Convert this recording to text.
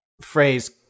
phrase